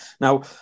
now